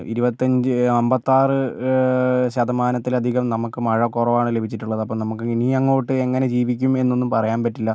ഇരുപത്തിയഞ്ച് അമ്പത്താറ് ശതമാനത്തിലധികം നമുക്ക് മഴ കുറവാണ് ലഭിച്ചിട്ടുള്ളത് അപ്പം നമുക്ക് ഇനിയങ്ങോട്ട് എങ്ങനെ ജീവിക്കും എന്നൊന്നും പറയാൻ പറ്റില്ല